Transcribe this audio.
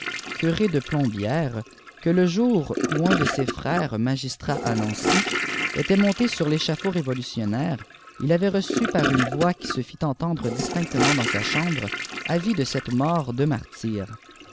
cur de piom bières que e jour où un de ses îrèfes magistrat à naocy était monté sur l'échafaud révolutionnaire il avait peçu par une voix ipii ie fit entendre disfinctement dans sa chwnljre avis de cette mort de martyr